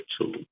two